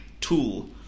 tool